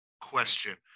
question